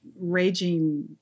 raging